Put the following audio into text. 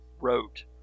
wrote